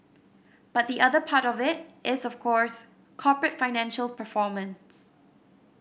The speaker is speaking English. but the other part of it is of course corporate financial performance